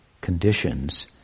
conditions